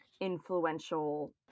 influential